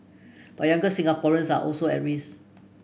but younger Singaporeans are also at risk